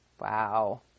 Wow